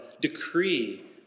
decree